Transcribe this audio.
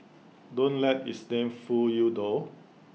don't let its name fool you though